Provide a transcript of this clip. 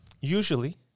Usually